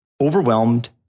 overwhelmed